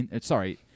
sorry